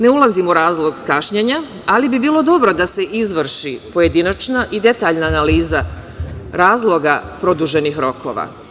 Ne ulazim u razlog kašnjenja, ali bi bilo dobro da se izvrši pojedinačna i detaljna analiza razloga produženih rokova.